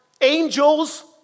Angels